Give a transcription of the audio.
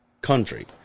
country